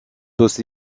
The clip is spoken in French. aussi